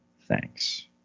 Thanks